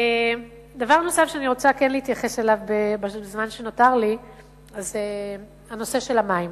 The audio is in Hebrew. דבר נוסף שאני רוצה להתייחס אליו בזמן שנותר לי הוא נושא המים.